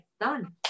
done